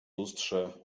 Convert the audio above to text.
lustrze